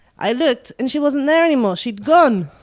i looked, and she wasn't there anymore. she'd gone.